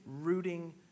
rooting